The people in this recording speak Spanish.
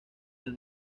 del